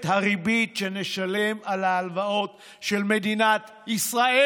הריבית שנשלם על ההלוואות של מדינת ישראל.